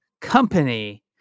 company